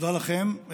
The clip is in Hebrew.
תודה לכם.